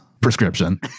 prescription